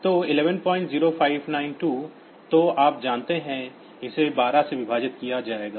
तो 110592 तो आप जानते हैं कि इसे 12 से विभाजित किया जाएगा